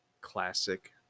classic